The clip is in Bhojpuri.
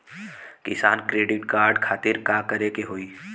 किसान क्रेडिट कार्ड खातिर का करे के होई?